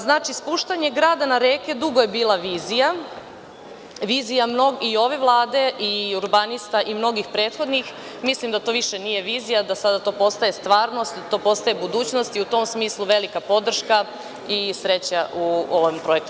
Spuštanje grada na reke dugo je bila vizija, vizija i ove Vlade i urbanista i mnogih prethodnih, ali mislim da to više nije vizija, da to sada postaje stvarnost, da to postaje budućnost i u tom smislu velika podrška i sreća u izradi ovog projekta.